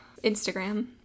Instagram